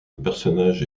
personnage